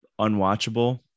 unwatchable